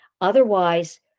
Otherwise